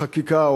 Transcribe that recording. החקיקה,